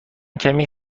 کمی